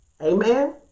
Amen